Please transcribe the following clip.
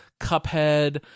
Cuphead